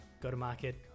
go-to-market